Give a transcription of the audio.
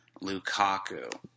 Lukaku